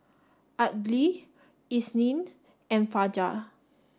Aidil Isnin and Fajar